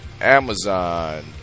Amazon